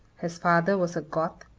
his father was a goth,